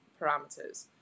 parameters